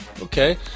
Okay